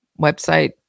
website